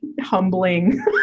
humbling